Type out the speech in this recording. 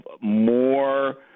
more